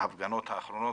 בהפגנות האחרונות,